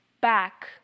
back